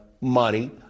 money